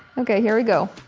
okay, here we go.